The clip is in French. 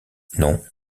non